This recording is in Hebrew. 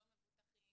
לא מבוטחים,